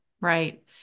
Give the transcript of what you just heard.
Right